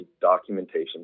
documentation